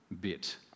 bit